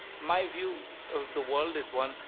my view of the world is one,